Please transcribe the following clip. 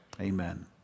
Amen